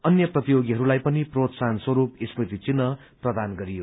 अन्य प्रतियोगीहरूलाई पनि प्रोत्साहन स्वस्तप स्मृति चिन्ह प्रदान गरयो